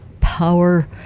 power